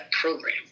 program